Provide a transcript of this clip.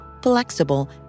Flexible